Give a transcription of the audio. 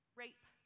rape